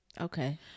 Okay